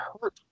hurt